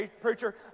preacher